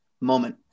moment